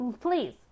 please